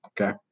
Okay